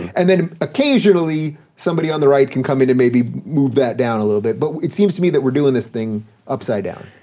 and then occasionally somebody on the right can come in and maybe move that down a little bit, but it seems to me that we're doing this thing upside down.